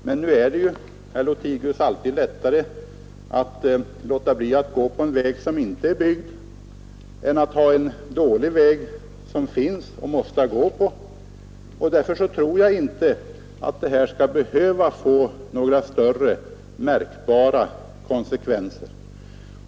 Det är, herr Lothigius, enklare att låta bli att använda en väg som inte är byggd än att tvingas använda en existerande men dålig väg. Därför tror jag inte att detta skall behöva få några mer märkbara konsekvenser.